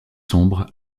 sombre